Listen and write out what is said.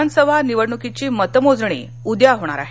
विधानसभा निवडणकीची मतमोजणी उद्या होणार आहे